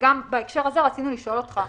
ובהקשר הזה רצינו לשאול אותך.